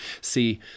See